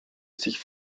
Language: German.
sich